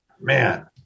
man